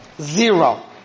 zero